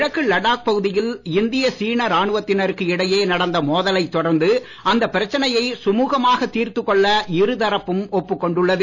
கிழக்கு லடாக் பகுதியில் இந்தியா சீனா ராணுவத்தினருக்கு இடையே நடந்த மோதலைத் தொடர்ந்து அந்தப் பிரச்சனையை சுமுகமாகத் தீர்த்துக் கொள்ள இரு தரப்பும் ஒப்புக் கொண்டுள்ளது